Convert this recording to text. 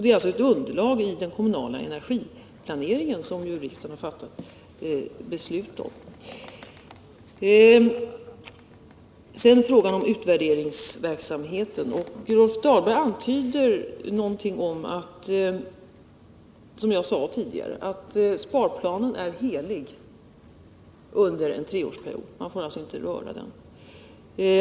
Det skall bilda underlag för den kommunala energiplanering som riksdagen ju har beslutat om. När det gäller utvärderingsverksamheten antydde Rolf Dahlberg någonting om att sparplanen — som också jag sade tidigare — är helig under en treårsperiod. Man får alltså inte röra den.